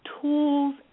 tools